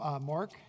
Mark